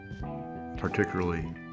particularly